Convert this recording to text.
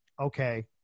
okay